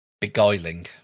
beguiling